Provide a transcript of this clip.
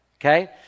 Okay